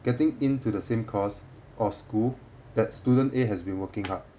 getting in to the same course or school that student A has been working hard